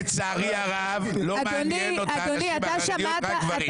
לצערי הרב את המדינה לא מעניינות הנשים הערביות אלא רק גברים.